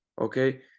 okay